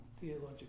theological